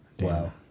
Wow